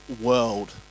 world